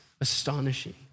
astonishing